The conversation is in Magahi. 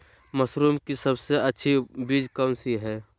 मशरूम की सबसे अच्छी बीज कौन सी है?